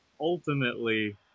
Ultimately